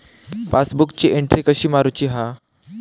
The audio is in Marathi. पासबुकाची एन्ट्री कशी मारुची हा?